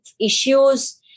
issues